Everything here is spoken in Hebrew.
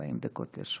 40 דקות לרשותך.